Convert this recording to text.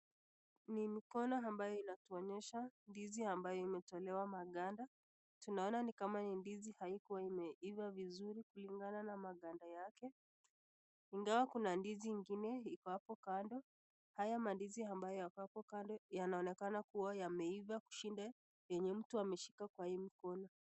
Ni mikono ambayo inatuonesha ndizi ambayo imetolewa maganda, tunaona ni kama ni ndizi haikuwa imeiva vizuri kulingana na maganda yake. Ingawa kuna ndizi ingine iko hapo kando, haya mandizi ambayo yako hapo kando yanaonekana kuiva kushinda yenye mtu ameshika kwenye hii mkono.